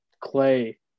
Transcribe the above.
clay